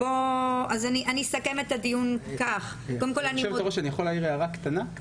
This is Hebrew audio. רוצה להעיר הערה קטנה.